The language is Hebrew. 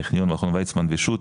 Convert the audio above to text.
הטכניון, מכון ויצמן ושות'